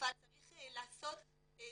בצרפת צריך לשים